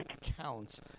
counts